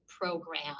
program